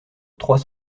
trois